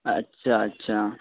اچھا اچھا